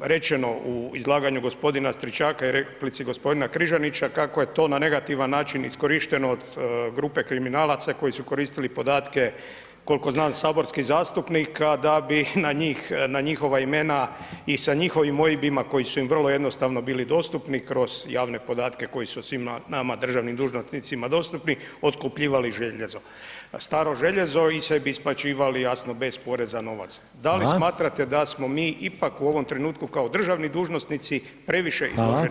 rečeno u izlaganju gospodina Stričaka i replici gospodina Križanića kako je to na negativan način iskorišteno od grupe kriminalaca koji su koristili podatke koliko znam saborskih zastupnika da bi na njih, na njihova imena i sa njihovim OIB-ima koji su im vrlo jednostavno bili dostupni kroz javne podatke koji su svima nama državnim dužnosnicima dostupni, otkupljivali željezo, staro željezo i sebi isplaćivali jasno bez poreza novac [[Upadica: Hvala.]] da li smatrate da smo mi ipak u ovom trenutku kao državni dužnosnici previše izloženi javnosti.